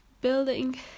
building